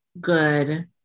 good